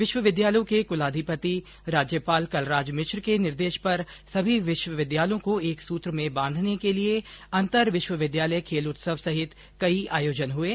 विश्वविद्यालयों के कुलाधिपति राज्यपाल कलराज मिश्र के निर्देश पर सभी विश्वविद्यालयों को एक सूत्र में बांधने के लिए अंतरविश्वविद्यालय खेल उत्सव सहित कई आयोजन होंगे